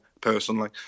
personally